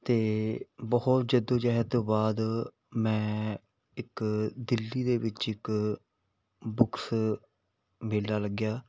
ਅਤੇ ਬਹੁਤ ਜੱਦੋ ਜਹਿਦ ਤੋਂ ਬਾਅਦ ਮੈਂ ਇੱਕ ਦਿੱਲੀ ਦੇ ਵਿੱਚ ਇੱਕ ਬੁਕਸ ਮੇਲਾ ਲੱਗਿਆ